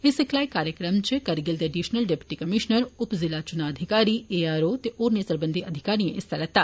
इस सिखलाई कार्जक्रम च करगिल दे एडिशनल डिप्टी कमीश्नर उप जिला चुना अधिकारी ए आर ओ ते होरने सरबंधित अधिकारिए हिस्सा लैता